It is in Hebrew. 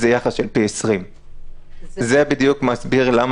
זה יחס של פי 20. זה בדיוק מסביר למה